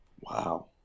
Wow